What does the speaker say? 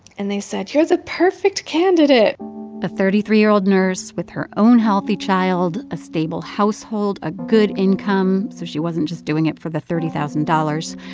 and they said, you're the perfect candidate a thirty three year old nurse with her own healthy child, a stable household, a good income so she wasn't just doing it for the thirty thousand dollars.